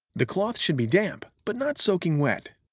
the cloth should be damp, but not soaking wet.